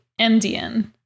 MDN